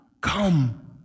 Come